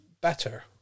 better